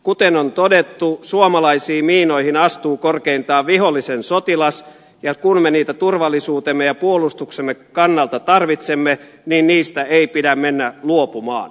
kuten on todettu suomalaisiin miinoihin astuu korkeintaan vihollisen sotilas ja kun me niitä turvallisuutemme ja puolustuksemme kannalta tarvitsemme niin niistä ei pidä mennä luopumaan